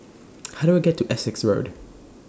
How Do I get to Essex Road